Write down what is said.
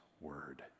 word